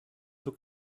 für